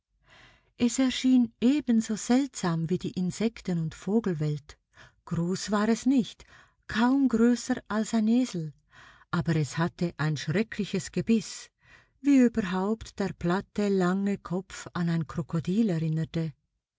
es erschien ebenso seltsam wie die insekten und vogelwelt groß war es nicht kaum größer als ein esel aber es hatte ein schreckliches gebiß wie überhaupt der platte lange kopf an ein krokodil erinnerte